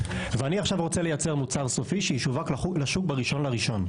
ואני עכשיו רוצה לייצר מוצר סופי שישווק לשוק ב-1 בינואר,